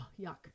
yuck